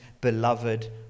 beloved